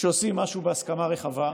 שעושים משהו בהסכמה רחבה,